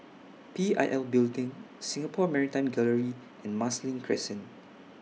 P I L Building Singapore Maritime Gallery and Marsiling Crescent